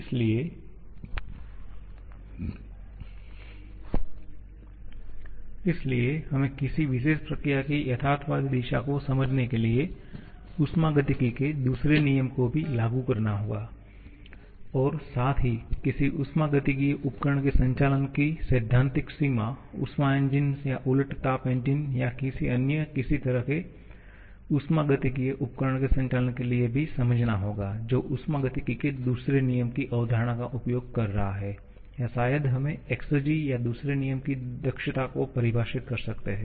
इसलिए हमें किसी विशेष प्रक्रिया की यथार्थवादी दिशा को समझने के लिए उष्मागतिकी के दूसरे नियम को भी लागू करना होगा और साथ ही किसी ऊष्मागतिकीय उपकरण के संचालन की सैद्धांतिक सीमा ऊष्मा इंजन या उलट ताप इंजन या किसी अन्य इसी तरह के ऊष्मागतिकीय उपकरण के संचालन के लिए भी समझना होगा जो ऊष्मागतिकी के दूसरे नियम की अवधारणा का उपयोग कर रहा है या शायद हमें एक्सेरजी या दूसरे नियम की दक्षता को परिभाषित कर सकते हैं